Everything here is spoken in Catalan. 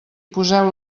poseu